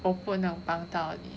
我不能帮到你